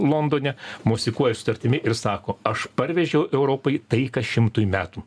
londone mosikuoja sutartimi ir sako aš parvežiau europai taiką šimtui metų